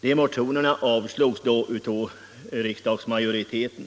De motionerna avslogs av riksdagsmajoriteten.